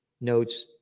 notes